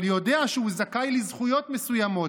אבל יודע שהוא זכאי לזכויות מסוימות,